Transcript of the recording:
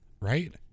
Right